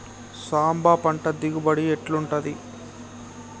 సాంబ పంట దిగుబడి ఎట్లుంటది?